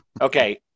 Okay